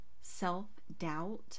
self-doubt